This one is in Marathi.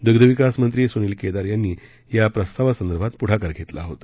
दुग्धविकास मंत्री सुनील कद्वीर यांनी या प्रस्तावासंदर्भात पुढाकार घर्तमा होता